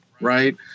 Right